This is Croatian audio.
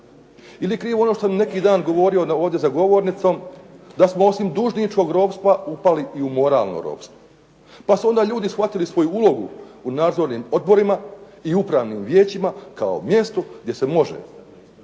je krivo ono što sam neki dan govorio za ovom govornicom, da smo osim dužničkog ropstva upali i u moralno ropstvo. Pa su onda ljudi shvatili svoju ulogu u nadzornim odborima i upravnim vijećima kao mjesto gdje se može